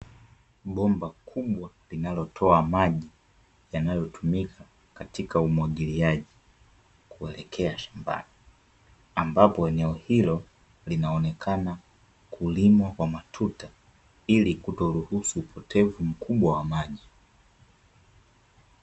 Bomba kubwa linalotoa maji yanayotumika katika umwagiliaji, kuelekea shambani. Ambapo eneo hilo linaonekana kulimwa kwa matuta, ili kutoruhusu upotevu mkubwa wa maji.